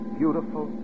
beautiful